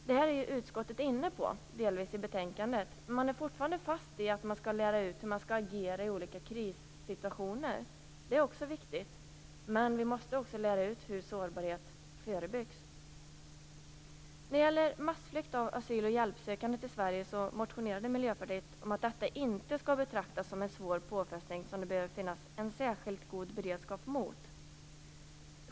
Utskottet är i sitt betänkande delvis inne på detta men håller fortfarande fast vid att att vad som skall läras ut är hur man skall agera i olika krissituationer. Också det är viktigt, men vi måste även lära ut hur sårbarhet förebyggs. När det gäller massflykt av asyl och hjälpsökande till Sverige motionerade Miljöpartiet om att detta inte skall betraktas som en svår påfrestning som det bör finnas en särskilt god beredskap mot.